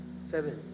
Seven